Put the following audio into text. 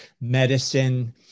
medicine